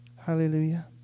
Hallelujah